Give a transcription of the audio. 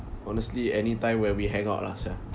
honestly anytime when we hang out lah sia